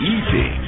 Easy